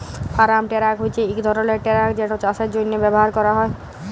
farm truck হছে ইক ধরলের টেরাক যেট চাষের জ্যনহে ব্যাভার ক্যরা হয়